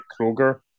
Kroger